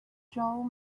joe